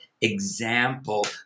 example